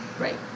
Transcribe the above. Right